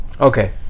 okay